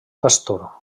pastor